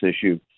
issue